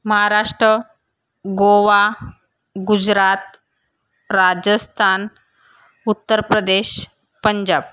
Maharashtra Goa Gujarat Rajasthan Uttar Pradesh Punjab